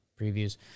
previews